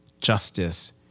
justice